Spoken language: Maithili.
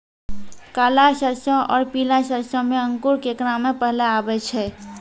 काला सरसो और पीला सरसो मे अंकुर केकरा मे पहले आबै छै?